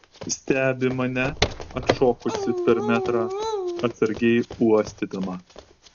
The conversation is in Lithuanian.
stebi mane atšokusi per metrą atsargiai uostydama